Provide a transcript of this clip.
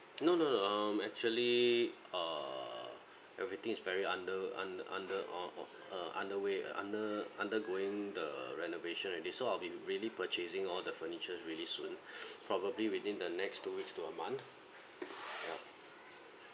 no no no um actually err everything is very under un~ under or uh under way under undergoing the renovation already so I'll be really purchasing all the furniture really soon probably within the next two weeks to a month yup